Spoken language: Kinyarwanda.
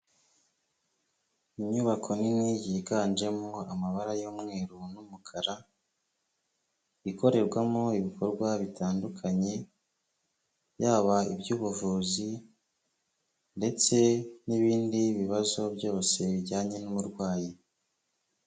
Inyubako nini yiganjemo amabara y'umweru n'umukara, ikorerwamo ibikorwa bitandukanye, yaba iby'ubuvuzi ndetse n'ibindi bibazo byose bijyanye n'uburwayi.